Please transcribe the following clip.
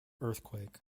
earthquake